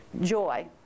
joy